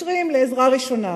מתקשרים לעזרה ראשונה.